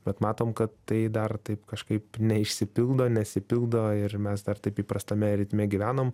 bet matom kad tai dar taip kažkaip neišsipildo nesipildo ir mes dar taip įprastame ritme gyvenam